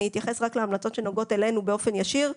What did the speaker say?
אני אתייחס רק להמלצות שנוגעות אלינו באופן ישיר,